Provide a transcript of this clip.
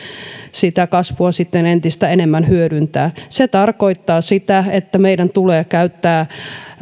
sitä kasvua sitten entistä enemmän hyödyntää se tarkoittaa sitä että meidän tulee käyttää